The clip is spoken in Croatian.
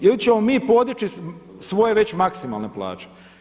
Ili ćemo mi podići svoje već maksimalne plaće.